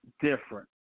different